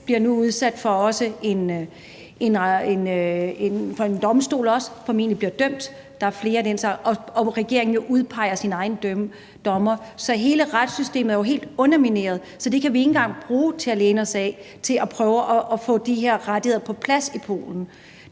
bliver nu sat for en domstol og bliver formentlig dømt. Regeringen udpeger jo sine egne dommere. Hele retssystemet er jo helt undermineret, så det kan vi ikke engang læne os op ad for at prøve at få de her rettigheder på plads i Polen.